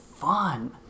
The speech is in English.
fun